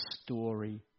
story